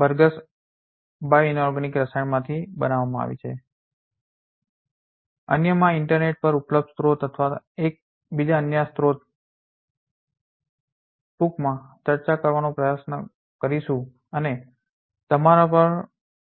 Berg's bioinorganic રસાયણમાંથી બનાવવામાં આવી છે અને અન્યમાં ઇન્ટરનેટ પર ઉપલબ્ધ સ્રોતો અથવા એક બીજા અન્ય સ્રોતો અમે ટૂંકમાં ચર્ચા કરવાનો પ્રયાસ કરીશું અને તમારા પર